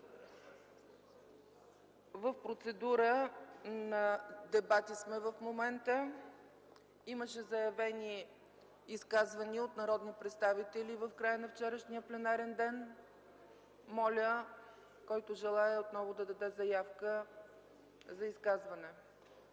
в процедура на дебати. Имаше заявени изказвания от народни представители в края на вчерашния пленарен ден. Моля, който желае, отново да даде заявка за изказване.